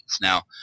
Now